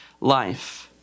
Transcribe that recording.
life